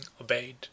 obeyed